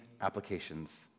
applications